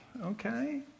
okay